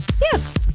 Yes